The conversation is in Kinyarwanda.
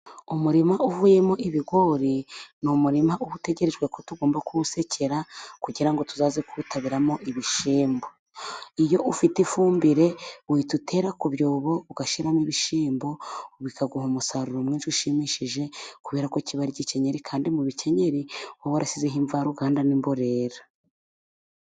Umurima uvuyemo ibigori, ni umurima uba utegerejwe ko tugomba kuwusekera, kugira ngo tuzaze kuwutabiramo ibishyimbo. Iyo ufite ifumbire, uhita utera ku byobo ugashyiramo ibishyimbo bikaguha umusaruro mwinshi ushimishije, kubera ko kiba ari igikenyeri kandi mu bikenyeri uba warashyizeho imvaruganda n'imborera.